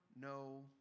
no